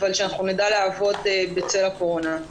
אבל שנדע לעבוד בצל הקורונה.